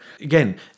Again